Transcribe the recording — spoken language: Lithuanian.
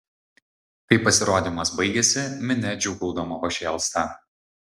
kai pasirodymas baigiasi minia džiūgaudama pašėlsta